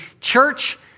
church